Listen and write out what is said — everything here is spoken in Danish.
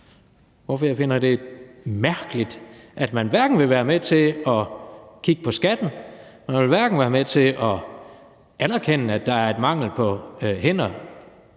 Derfor finder jeg det mærkeligt, at man hverken vil være med til at kigge på skatten eller anerkende, at der er mangel på hænder,